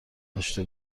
داشته